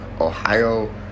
Ohio